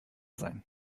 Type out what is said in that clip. sein